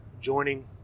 joining